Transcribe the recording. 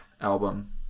album